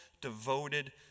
devoted